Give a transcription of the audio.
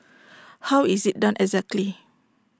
how is IT done exactly